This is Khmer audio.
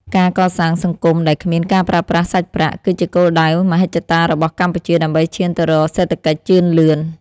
ការកសាងសង្គមដែលគ្មានការប្រើប្រាស់សាច់ប្រាក់ គឺជាគោលដៅមហិច្ឆតារបស់កម្ពុជាដើម្បីឈានទៅរកសេដ្ឋកិច្ចជឿនលឿន។